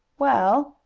well,